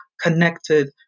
connected